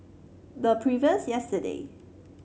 the previous yesterday